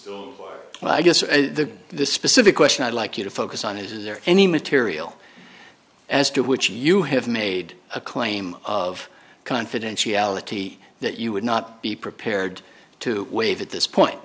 well i guess the specific question i'd like you to focus on is is there any material as to which you have made a claim of confidentiality that you would not be prepared to waive at this point